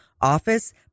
office